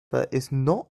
equally